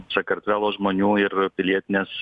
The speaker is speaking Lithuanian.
sakartvelo žmonių ir pilietinės